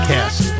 Cast